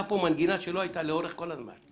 מנגינה שלא הייתה לאורך כל הזמן.